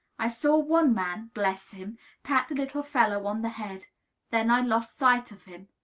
i saw one man bless him pat the little fellow on the head then i lost sight of him.